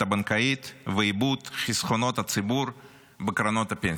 הבנקאית ואיבוד חסכונות הציבור בקרנות הפנסיה.